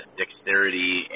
dexterity